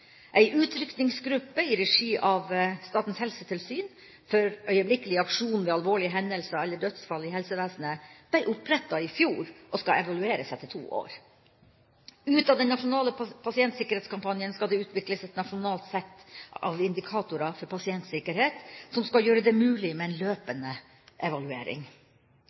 Ei utrykningsgruppe i regi av Statens helsetilsyn for øyeblikkelig aksjon ved alvorlige hendelser eller dødsfall i helsevesenet ble opprettet i fjor og skal evalueres etter to år. Ut av den nasjonale pasientsikkerhetskampanjen skal det utvikles et nasjonalt sett av indikatorer for pasientsikkerhet, som skal gjøre det mulig med en løpende evaluering.